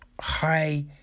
High